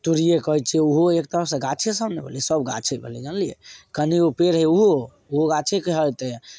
तोरिए कहैत छियै ओहो एक तरह से गाछे सब ने भेलै सब गाछे भेलै जनलिऐ कने गो पेड़ हय पेड़ ओहो गाछे कहे होयतै